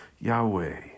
Yahweh